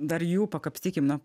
dar jų pakapstykim na